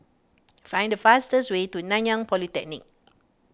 find the fastest way to Nanyang Polytechnic